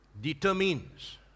determines